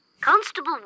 Constable